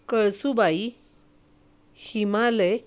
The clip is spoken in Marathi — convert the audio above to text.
कळसूबाई हिमालय